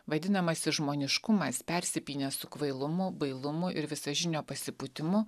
vadinamasis žmoniškumas persipynęs su kvailumu bailumu ir visažinio pasipūtimu